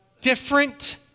different